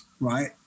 right